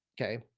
okay